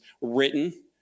written